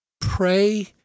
pray